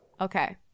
okay